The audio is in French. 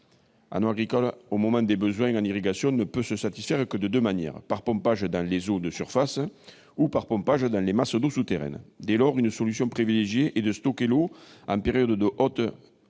eau agricole pour satisfaire les besoins en irrigation ne peut se faire que de deux manières : par pompage dans les eaux de surface ou par pompage dans les masses d'eau souterraines. Dès lors, une solution privilégiée est de stocker l'eau en période de hautes eaux